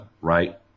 right